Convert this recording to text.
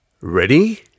Ready